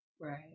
Right